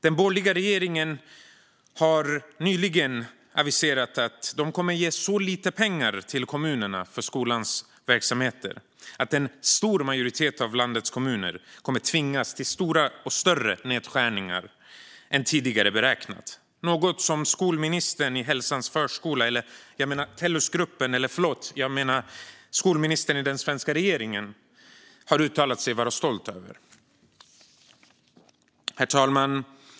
Den borgerliga regeringen har nyligen aviserat att den kommer att ge så lite pengar till kommunerna för skolans verksamheter att en stor majoritet av landets kommuner kommer att tvingas till stora och större nedskärningar än tidigare beräknat. Det är något som skolministern i Hälsans förskola, eller jag menar Tellusgruppen, eller förlåt, jag menar skolministern i den svenska regeringen har uttalat sig vara stolt över. Herr talman!